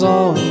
on